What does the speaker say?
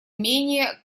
менее